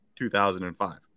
2005